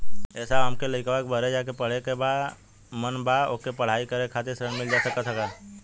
ए साहब हमरे लईकवा के बहरे जाके पढ़े क मन बा ओके पढ़ाई करे खातिर ऋण मिल जा सकत ह?